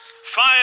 Fire